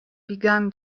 began